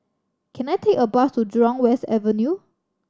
can I take a bus to Jurong West Avenue